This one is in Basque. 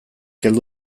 heldu